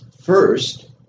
First